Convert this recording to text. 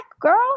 girl